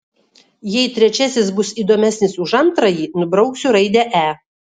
jei trečiasis bus įdomesnis už antrąjį nubrauksiu raidę e